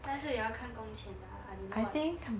但是也要看工钱 I don't know what you